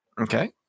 Okay